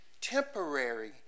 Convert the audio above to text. temporary